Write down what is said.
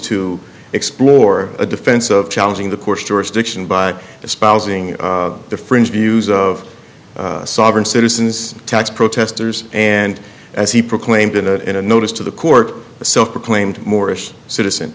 to explore a defense of challenging the course jurisdiction by espousing the fringe views of sovereign citizens tax protesters and as he proclaimed in a in a notice to the court the self proclaimed morris citizen